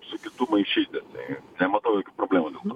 su kitu maišyti tai nematau jokių problemų dėl to